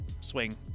swing